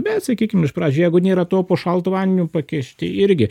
bet sakykim iš pradžių jeigu nėra to po šaltu vandeniu pakišti irgi